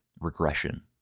regression